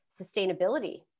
sustainability